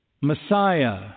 Messiah